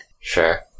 Sure